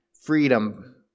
freedom